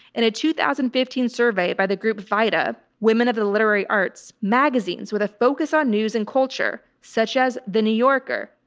in a two thousand and fifteen survey by the group vita, women of the literary arts magazines with a focus on news and culture such as the new yorker,